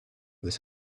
this